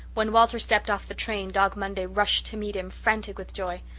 when walter stepped off the train dog monday rushed to meet him, frantic with joy.